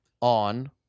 on